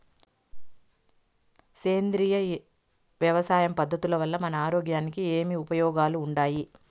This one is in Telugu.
సేంద్రియ వ్యవసాయం పద్ధతుల వల్ల మన ఆరోగ్యానికి ఏమి ఉపయోగాలు వుండాయి?